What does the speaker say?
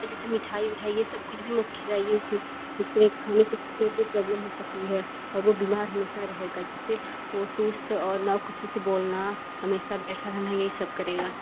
हाँ जैसे मिठाई विठाई ये सब कुछ भी मत खिलाइए उसे जिसके खाने से उसके पेट में प्रॉब्लम हो सकती है और वो बीमार हमेशा रहेगा जिससे जिससे वो सुस्त और ना कुछ ही से बोलना हमेशा बैठा रहना यही सब करेगा